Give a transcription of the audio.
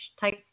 type